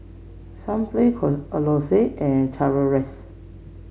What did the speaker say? Sunplay Lacoste and Chateraise